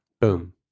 boom